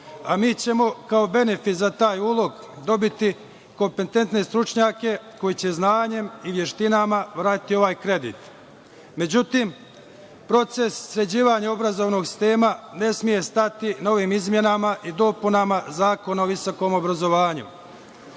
Mi ćemo kao benefit za taj ulog dobiti kompetentne stručnjake koji će znanjem i veštinama vratiti ovaj kredit.Međutim, proces sređivanja obrazovnog sistema ne sme stati na ovim izmenama i dopunama Zakona o visokom obrazovanju.